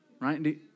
Right